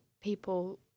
people